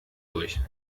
durch